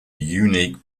unique